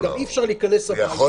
וגם אי אפשר להיכנס הביתה.